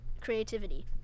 creativity